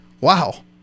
Wow